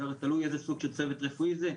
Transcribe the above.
זה הרי תלוי איזה סוג של צוות רפואי זה,